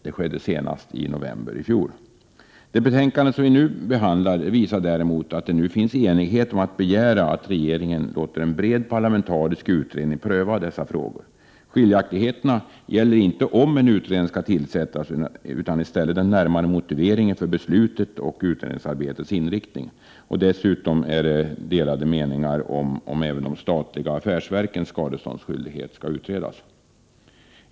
Detta skedde senast i november i fjol. Det betänkande som vi nu behandlar visar däremot att det finns enighet om att begära att regeringen låter en bred parlamentarisk utredning pröva dessa frågor. Skiljaktigheterna gäller inte om en utredning skall tillsättas utan i stället den närmare motiveringen för beslutet och utredningsarbetets inriktning. Dessutom är det delade meningar om huruvida även de statliga affärsverkens skadeståndsskyldighet skall utredas.